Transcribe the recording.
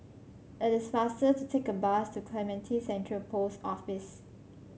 it is faster to take the bus to Clementi Central Post Office